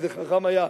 איזה חכם היה,